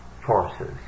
forces